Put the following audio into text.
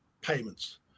payments